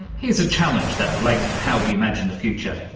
here's a challenge that relates to how we imagine the future.